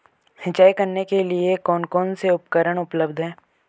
सिंचाई करने के लिए कौन कौन से उपकरण उपलब्ध हैं?